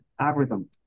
algorithm